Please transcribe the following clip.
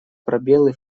пробелы